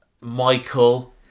Michael